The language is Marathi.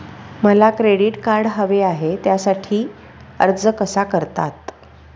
मला क्रेडिट कार्ड हवे आहे त्यासाठी अर्ज कसा करतात?